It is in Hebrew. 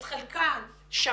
את חלקן שמעתי